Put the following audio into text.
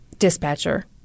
Dispatcher